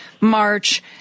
March